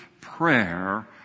prayer